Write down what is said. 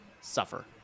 suffer